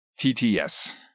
TTS